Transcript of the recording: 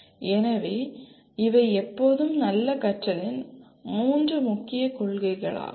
எனவே இவை எப்போதும் நல்ல கற்றலின் மூன்று முக்கிய கொள்கைகளாகும்